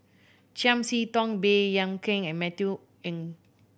Chiam See Tong Baey Yam Keng and Matthew N